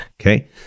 okay